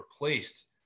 replaced